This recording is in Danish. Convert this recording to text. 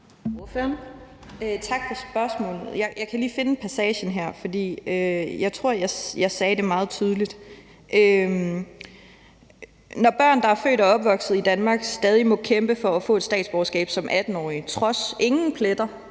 Tak for spørgsmålet. Jeg kan lige finde passagen, for jeg tror, jeg sagde det meget tydeligt. Det, jeg sagde, drejede sig om børn, der er født og opvokset i Danmark, og som stadig må kæmpe for at få et statsborgerskab som 18-årige, på trods af at